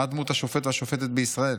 מה דמות השופט או השופטת בישראל?